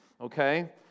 okay